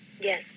Yes